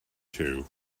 two